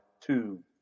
two